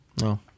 No